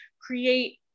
create